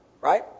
right